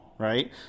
right